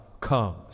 comes